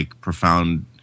profound